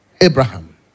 Abraham